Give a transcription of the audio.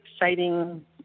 exciting